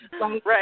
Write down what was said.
Right